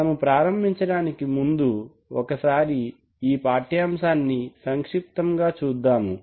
మనము ప్రారంభించటానికి ముందు ఒకసారి ఈ పాఠ్యాంశాన్ని సంక్షిప్తంగా చూద్దాము